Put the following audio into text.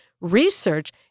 research